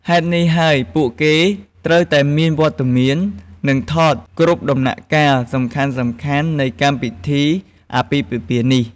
ហេតុនេះហើយពួកគេត្រូវតែមានវត្តមាន និងថតគ្រប់ដំណាក់កាលសំខាន់ៗនៃកម្មពិធីអាពាហ៍ពិពាហ៍នេះ។